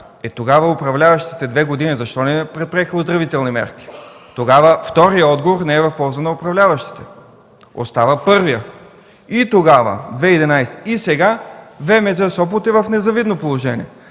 Е, тогава управляващите две години защо не предприеха оздравителни мерки? Тогава вторият отговор не е в полза на управляващите, остава първият. И тогава, 2011 г., и сега ВМЗ – Сопот, е в незавидно положение.